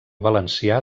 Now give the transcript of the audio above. valencià